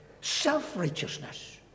self-righteousness